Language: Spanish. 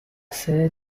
sede